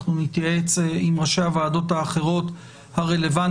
אנחנו נתייעץ עם ראשי הוועדות האחרות הרלוונטיים.